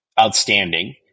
outstanding